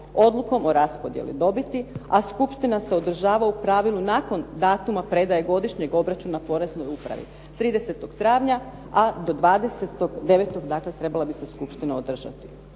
odlukom o raspodijeli dobiti a skupština se održava u pravilu nakon datuma predaje godišnjeg obračuna poreznoj upravi. 30. travnja a do 20. 9. dakle trebala bi se skupština održati.